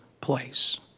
place